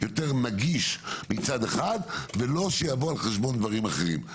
יותר נגיש מצד אחד ולא שיבוא על חשבון דברים אחרים.